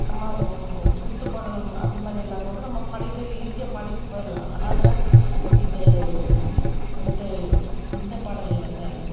நம்ம குத்துப்பாடல் அதுமாதிரி எல்லாம் கூட நம்ம பாடிட்டு ஈஸியாக பாடிட்டு போயிடலாம் ஆனால் அந்த இந்த இந்த இந்த பாடல்களைத்தான்